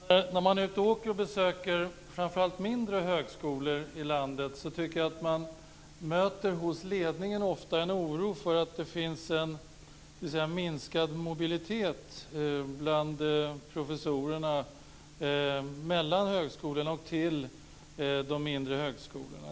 Herr talman! När man är ute och åker och besöker framför allt mindre högskolor i landet tycker jag att man hos ledningen ofta möter en oro för att det finns en minskad mobilitet bland professorerna mellan högskolorna och till de mindre högskolorna.